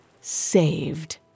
saved